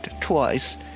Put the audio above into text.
twice